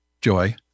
joy